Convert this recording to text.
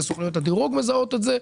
לא רק סוכנויות הדירוג יזהו את זה.